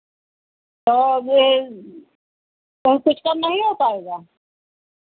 और ये और कुछ कम नहीं हो पाएगा